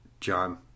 John